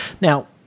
now